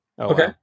Okay